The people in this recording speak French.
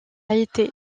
été